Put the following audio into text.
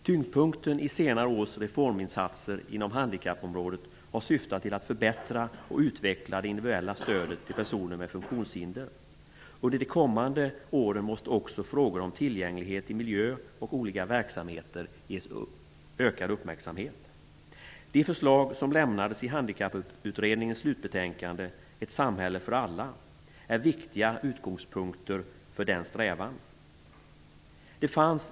Tyngdpunkten i senare års reforminsatser inom handikappområdet har syftat till att förbättra och utveckla det individuella stödet till personer med funktionshinder. Under de kommande åren måste också frågor om tillgänglighet i miljö och olika verksamheter ges ökad uppmärksamhet. De förslag som lämnades i Handikapputredningens slutbetänkande Ett samhälle för alla är viktiga utgångspunkter för denna strävan.